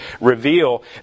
reveal